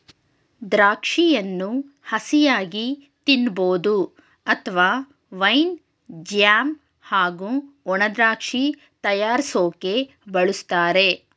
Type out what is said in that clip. ದ್ರಾಕ್ಷಿಯನ್ನು ಹಸಿಯಾಗಿ ತಿನ್ಬೋದು ಅತ್ವ ವೈನ್ ಜ್ಯಾಮ್ ಹಾಗೂ ಒಣದ್ರಾಕ್ಷಿ ತಯಾರ್ರ್ಸೋಕೆ ಬಳುಸ್ತಾರೆ